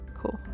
cool